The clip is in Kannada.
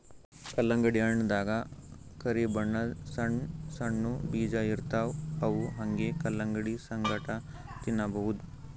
ಕಲ್ಲಂಗಡಿ ಹಣ್ಣ್ ದಾಗಾ ಕರಿ ಬಣ್ಣದ್ ಸಣ್ಣ್ ಸಣ್ಣು ಬೀಜ ಇರ್ತವ್ ಅವ್ ಹಂಗೆ ಕಲಂಗಡಿ ಸಂಗಟ ತಿನ್ನಬಹುದ್